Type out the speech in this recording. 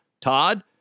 Todd